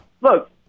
look